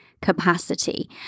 Capacity